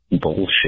bullshit